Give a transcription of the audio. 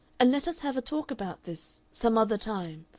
let us have a talk about this some other time.